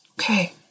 okay